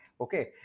Okay